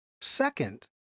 Second